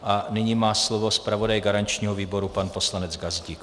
A nyní má slovo zpravodaj garančního výboru pan poslanec Gazdík.